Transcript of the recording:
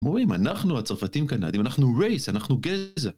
אומרים, אנחנו הצרפתים-קנדים, אנחנו רייס, אנחנו גזע.